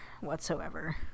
whatsoever